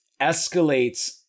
escalates